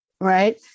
right